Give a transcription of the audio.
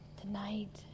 tonight